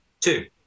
Two